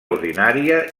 ordinària